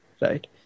right